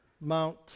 Mount